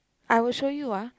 I will show you ah